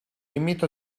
límit